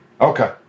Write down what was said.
Okay